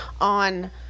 on